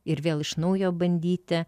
ir vėl iš naujo bandyti